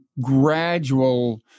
gradual